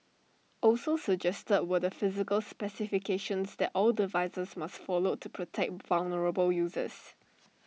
also suggested were the physical specifications that all devices must follow to protect vulnerable users